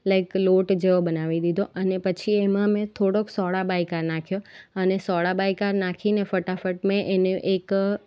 like લોટ જેવો બનાવી દીધો અને પછી એમાં મેં થોડોક સોળા બાયકા નાખ્યો અને સોળા બાયકા નાખીને ફટાફટ મેં એને એક